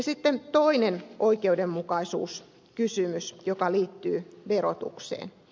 sitten toinen oikeudenmukaisuuskysymys joka liittyy verotukseen